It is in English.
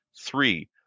three